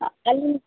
ಅಲ್ಲಿ